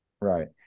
Right